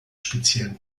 speziellen